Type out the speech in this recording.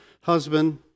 husband